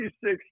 six